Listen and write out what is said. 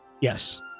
Yes